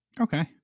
Okay